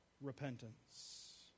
repentance